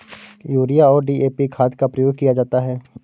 urea और DAP खाद का प्रयोग किया जाता है